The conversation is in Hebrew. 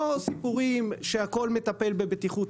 לא סיפורים שהכול מטפל בבטיחות.